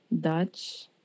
Dutch